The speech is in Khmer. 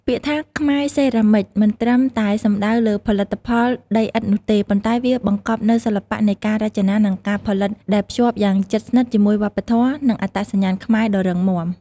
ពាក្យថា "ខ្មែរសេរ៉ាមិច" មិនគ្រាន់តែសំដៅលើផលិតផលដីឥដ្ឋនោះទេ ប៉ុន្តែវាបង្កប់នូវសិល្បៈនៃការរចនា និងការផលិតដែលភ្ជាប់យ៉ាងជិតស្និទ្ធជាមួយវប្បធម៌ និងអត្តសញ្ញាណខ្មែរដ៏រឹងមាំ។